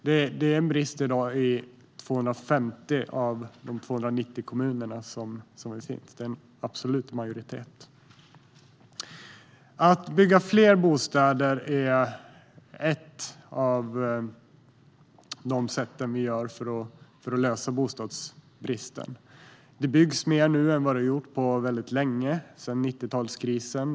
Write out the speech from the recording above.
I dag finns en brist i 250 av landets 290 kommuner, vilket är en absolut majoritet. Att bygga fler bostäder är ett av flera sätt att lösa bostadsbristen. Det byggs nu mer än vad som har gjorts på länge sedan 1990-talskrisen.